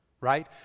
right